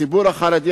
הציבור החרדי,